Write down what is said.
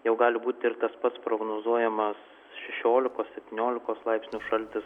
jau gali būti ir tas pats prognozuojamas šešiolikos septyniolikos laipsnių šaltis